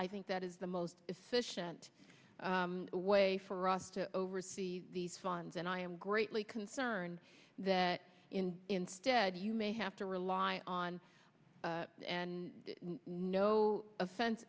i think that is the most efficient way for us to oversee these funds and i am greatly concerned that instead you may have to rely on and no offense